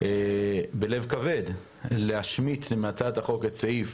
בלב כבד להשמיט מהצעת החוק את סעיף